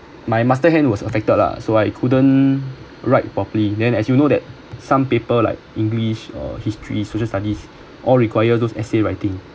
my master hand was affected lah so I couldn't write properly then as you know that some paper like english or history social studies all require those essay writing